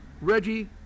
Reggie